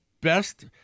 best